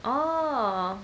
orh